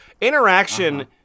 Interaction